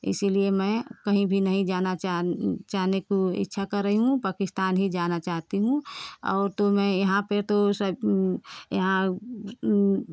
इसलिए मैं कहीं भी नहीं जाना चाह जाने को इच्छा कर रही हूँ पाकिस्तान ही जाना चाहती हूँ और तो मैं यहाँ पे तो सभ